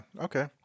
okay